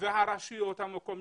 והרשויות המקומיות.